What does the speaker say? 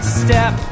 step